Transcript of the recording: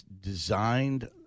designed